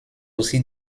aussi